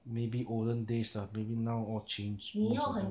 maybe olden days lah maybe now all change most of them